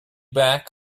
back